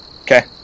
Okay